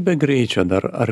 be greičio dar ar